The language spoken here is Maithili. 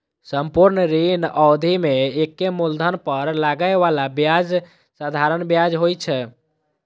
संपूर्ण ऋण अवधि मे एके मूलधन पर लागै बला ब्याज साधारण ब्याज होइ छै